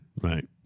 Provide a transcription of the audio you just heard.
right